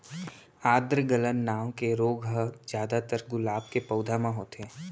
आद्र गलन नांव के रोग ह जादातर गुलाब के पउधा म होथे